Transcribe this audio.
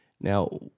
Now